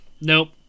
nope